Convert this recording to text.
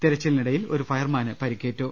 തെരച്ചിലിനിടയിൽ ഒരു ഫയർമാന് പരുക്കേറ്റു